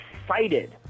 excited